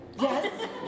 Yes